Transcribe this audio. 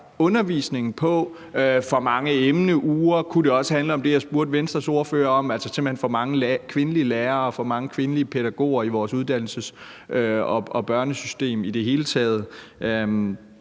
undervisningen på med bl.a. for mange emneuger? Kunne det også handle om det, jeg spurgte Venstres ordfører om, altså simpelt hen for mange kvindelige lærere og for mange kvindelige pædagoger i vores uddannelsessystem og børnesystem i det hele taget?